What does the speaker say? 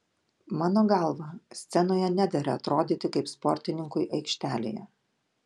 mano galva scenoje nedera atrodyti kaip sportininkui aikštelėje